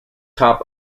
top